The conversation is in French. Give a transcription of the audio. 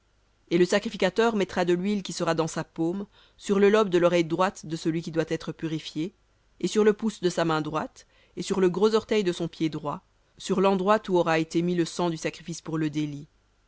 et du reste de l'huile qui sera dans sa paume le sacrificateur en mettra sur le lobe de l'oreille droite de celui qui doit être purifié et sur le pouce de sa main droite et sur le gros orteil de son pied droit sur le sang du sacrifice pour le délit